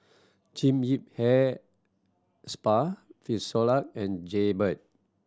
Jean Yip Hair Spa Frisolac and Jaybird